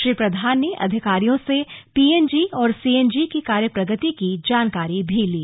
श्री प्रधान ने अधिकारियों से पीएनजी और सीएनजी की कार्य प्रगति की जानकारी भी ली